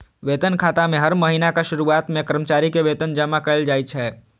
वेतन खाता मे हर महीनाक शुरुआत मे कर्मचारी के वेतन जमा कैल जाइ छै